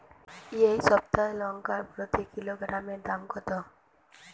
এই সপ্তাহের লঙ্কার প্রতি কিলোগ্রামে দাম কত?